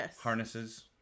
harnesses